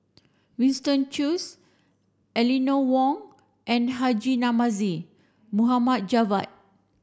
Winston Choos Eleanor Wong and Haji Namazie Mohd Javad